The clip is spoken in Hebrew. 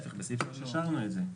לא, ההפך, בסעיף (3) השארנו את זה.